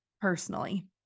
personally